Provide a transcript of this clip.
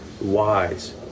wise